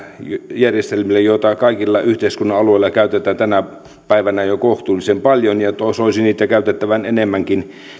joita kaikilla yhteiskunnan alueilla käytetään tänä päivänä jo kohtuullisen paljon soisi niitä käytettävän enemmänkin